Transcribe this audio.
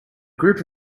group